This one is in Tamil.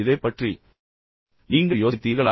இதைப் பற்றி நீங்கள் யோசித்தீர்களா